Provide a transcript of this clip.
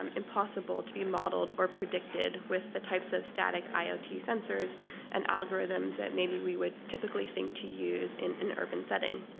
um impossible to be modeled or predicted with the types of static iot sensors and algorithms that maybe we would typically think to use in an urban setting.